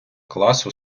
класу